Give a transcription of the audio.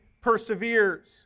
perseveres